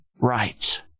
rights